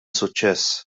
suċċess